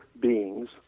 beings